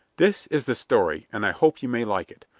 this is the story, and i hope you may like it.